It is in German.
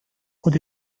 und